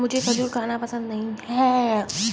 मुझें खजूर खाना पसंद नहीं है